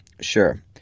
Sure